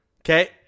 Okay